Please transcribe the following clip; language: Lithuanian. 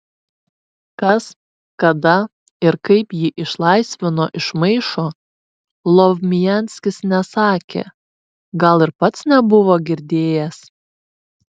kas kada ir kaip jį išlaisvino iš maišo lovmianskis nesakė gal ir pats nebuvo girdėjęs